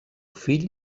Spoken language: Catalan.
fill